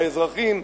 האזרחים,